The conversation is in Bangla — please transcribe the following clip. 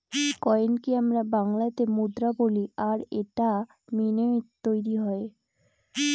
কয়েনকে আমরা বাংলাতে মুদ্রা বলি আর এটা মিন্টৈ তৈরী হয়